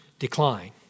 decline